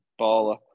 Baller